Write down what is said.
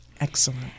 Excellent